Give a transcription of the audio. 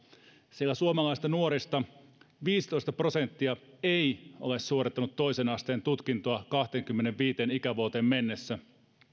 sillä suomalaisista nuorista viisitoista prosenttia ei ole suorittanut toisen asteen tutkintoa kahteenkymmeneenviiteen ikävuoteen mennessä